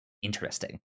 interesting